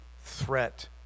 threat